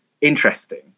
interesting